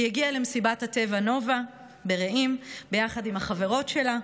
היא הגיעה למסיבת הטבע נובה ברעים ביחד עם החברות שלה,